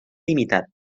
limitat